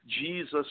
Jesus